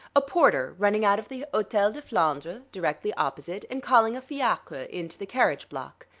a porter running out of the hotel de flandre, directly opposite, and calling a fiacre in to the carriage block.